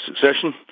succession